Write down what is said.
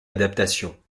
adaptations